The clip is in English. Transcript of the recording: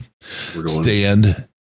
Stand